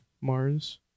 mars